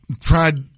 tried